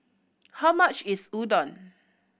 how much is Udon